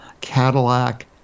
Cadillac